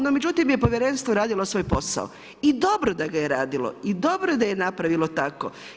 No međutim je Povjerenstvo radilo svoj posao i dobro da ga je radilo i dobro da je napravilo tako.